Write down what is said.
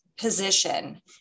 position